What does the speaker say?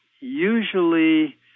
usually